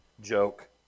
Joke